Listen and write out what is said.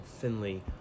Finley